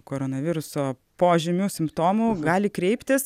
koronaviruso požymių simptomų gali kreiptis